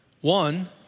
One